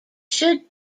should